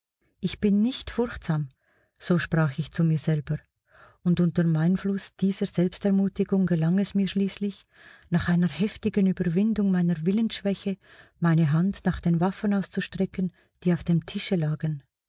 ich bin nicht furchtsam so sprach ich zu mir selber und unterm einfluß dieser selbstermutigung gelang es mir schließlich nach einer heftigen überwindung meiner willensschwäche meine hand nach den waffen auszustrecken die auf dem tische lagen